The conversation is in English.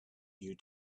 you